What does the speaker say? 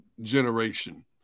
generation